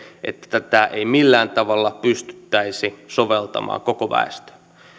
tätä ei millään tavalla pystyttäisi soveltamaan koko väestöön